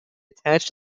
attached